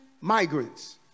migrants